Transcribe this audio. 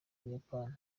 buyapani